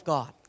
God